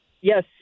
yes